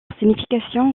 signification